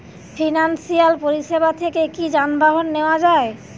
Financial পরিসেবা থেকে কি যানবাহন নেওয়া যায়?